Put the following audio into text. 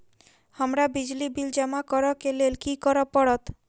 हमरा बिजली बिल जमा करऽ केँ लेल की करऽ पड़त?